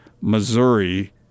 Missouri